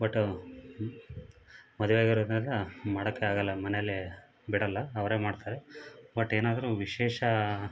but ಮದುವೆಯಾಗಿರೊರನೆಲ್ಲ ಮಾಡೋಕ್ಕೆ ಆಗೋಲ್ಲ ಮನೆಲ್ಲಿ ಬಿಡೋಲ್ಲ ಅವರೆ ಮಾಡ್ತಾರೆ ಬಟ್ ಏನಾದರು ವಿಶೇಷ